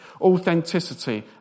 authenticity